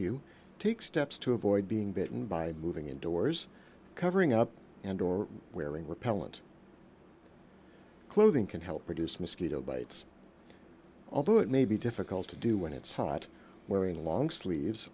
you take steps to avoid being bitten by moving indoors covering up and or wearing repellent clothing can help reduce mosquito bites although it may be difficult to do when it's hot wearing long sleeves